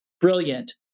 brilliant